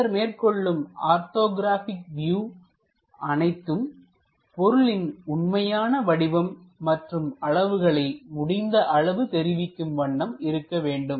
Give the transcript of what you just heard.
பின்னர் மேற்கொள்ளும் orthographic view அனைத்தும் பொருளின் உண்மையான வடிவம் மற்றும் அளவுகளை முடிந்த அளவு தெரிவிக்கும் வண்ணம் இருக்க வேண்டும்